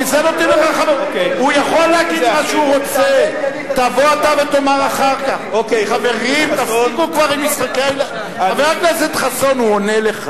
כולל אתה שהצבעת, חבר הכנסת חסון, אתה עולה.